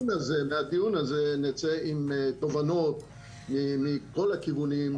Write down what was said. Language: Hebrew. מהדיון הזה נצא עם תובנות מכל הכיוונים,